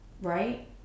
right